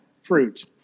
fruit